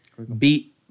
beat